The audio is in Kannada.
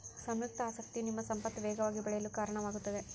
ಸಂಯುಕ್ತ ಆಸಕ್ತಿಯು ನಿಮ್ಮ ಸಂಪತ್ತು ವೇಗವಾಗಿ ಬೆಳೆಯಲು ಕಾರಣವಾಗುತ್ತದೆ